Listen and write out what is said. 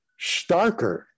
starker